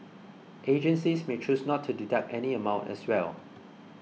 agencies may choose not to deduct any amount as well